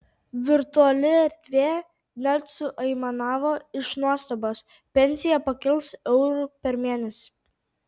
virtuali erdvė net suaimanavo iš nuostabos pensija pakils euru per mėnesį